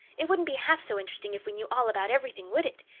it wouldn't be half so interesting if we know all about everything, would it?